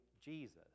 Jesus